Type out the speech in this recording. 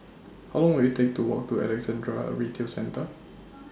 How Long Will IT Take to Walk to Alexandra Retail Centre